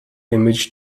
image